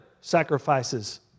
sacrifices